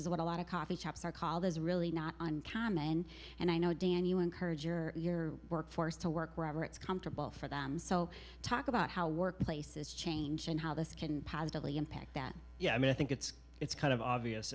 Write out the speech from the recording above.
is what a lot of coffee shops are called is really not uncommon and i know dan you encourage your workforce to work wherever it's comfortable for them so talk about how workplaces change and how this can positively impact that yeah i mean i think it's it's kind of obvious